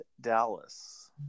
Dallas